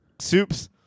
Soups